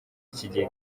kigeli